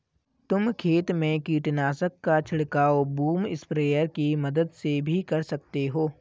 तुम खेत में कीटनाशक का छिड़काव बूम स्प्रेयर की मदद से भी कर सकते हो